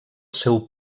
seu